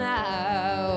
now